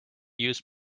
used